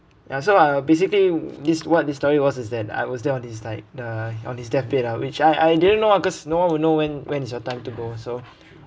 ya so I'll basically this what this story was is that I was there on his like uh on his death bed ah which I I didn't know ah cause no one will know when when it's your time to go so